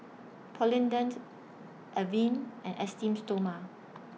Polident Avene and Esteem Stoma